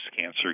cancer